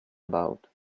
about